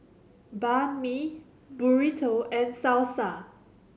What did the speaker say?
Banh Mi Burrito and Salsa